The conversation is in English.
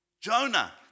Jonah